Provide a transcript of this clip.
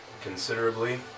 considerably